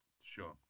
Sure